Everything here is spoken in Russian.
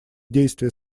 действия